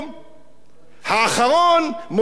האחרון מוציא מעטפה,